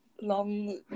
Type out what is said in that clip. long